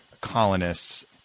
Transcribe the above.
colonists